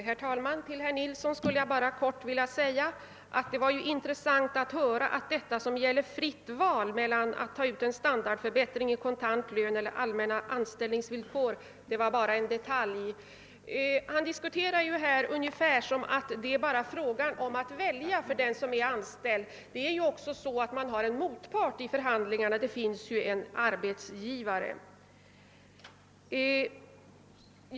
Herr talman! Det var intressant att höra, herr Nilsson i Agnäs, att det fria valet mellan att ta ut standardförbättring i kontant lön och att få den i allmänna anställningsvillkor bara var en detalj. Herr Nilsson argumenterar ungefär som om det bara vore fråga om att välja för den som är anställd, men man har också en motpart i förhandlingarna; det finns ju en arbetsgivare.